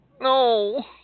No